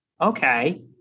okay